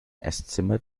esszimmer